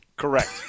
Correct